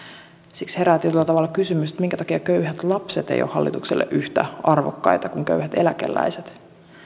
siksi herää tietyllä tavalla kysymys minkä takia köyhät lapset eivät ole hallitukselle yhtä arvokkaita kuin köyhät eläkeläiset